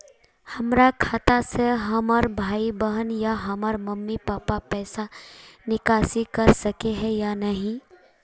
हमरा खाता से हमर भाई बहन या हमर मम्मी पापा पैसा निकासी कर सके है या नहीं?